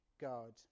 God